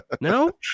No